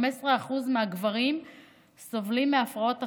15% מהגברים סובלים מהפרעות אכילה,